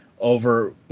over